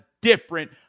different